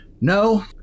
No